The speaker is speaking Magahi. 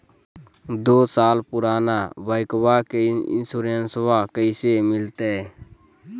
दू साल पुराना बाइकबा के इंसोरेंसबा कैसे मिलते?